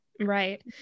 Right